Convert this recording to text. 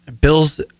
bills